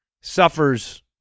suffers